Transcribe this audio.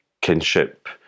kinship